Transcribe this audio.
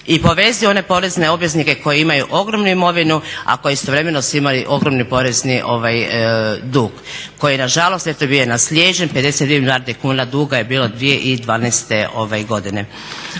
i povezuje one porezne obveznike koji imaju ogromnu imovinu, a koji istovremeno su imali ogromni porezni dug koji na žalost eto bio je naslijeđen. 52 milijarde kuna duga je bilo 2012. godine.